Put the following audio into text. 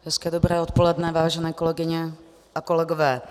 Hezké dobré odpoledne, vážené kolegyně a kolegové.